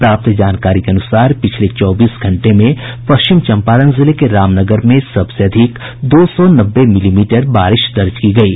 प्राप्त जानकारी के अनुसार पिछले चौबीस घंटे में पश्चिम चंपारण जिले के रामनगर में सबसे अधिक दो सौ नब्बे मिलीमीटर बारिश दर्ज की गयी